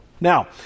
Now